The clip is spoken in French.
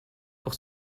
pour